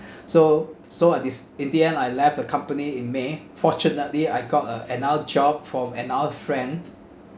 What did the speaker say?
so so at this in the end I left the company in may fortunately I got uh another job from another friend